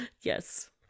Yes